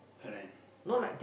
correct